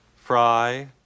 Fry